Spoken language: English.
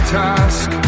task